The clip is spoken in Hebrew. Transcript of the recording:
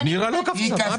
נירה לא קפצה, מה פתאום.